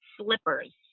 slippers